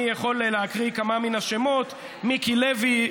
אני יכול להקריא כמה מן השמות: מיקי לוי,